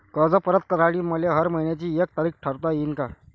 कर्ज परत करासाठी मले हर मइन्याची एक तारीख ठरुता येईन का?